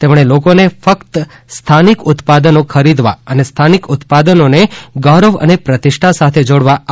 તેમણે લોકોને ફક્ત સ્થાનિક ઉત્પાદનો ખરીદવા અને સ્થાનિક ઉત્પાદનોને ગૌરવ અને પ્રતિષ્ઠા સાથે જોડવા આહવાન કર્યું હતું